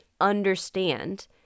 understand